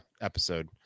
episode